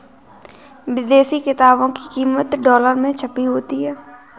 विदेशी किताबों की कीमत डॉलर में छपी होती है